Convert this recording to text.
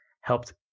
helped